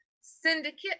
Syndicate